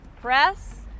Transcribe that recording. Press